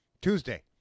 Tuesday